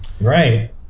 Right